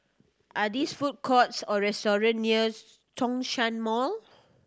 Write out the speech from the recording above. are these food courts or restaurants near Zhongshan Mall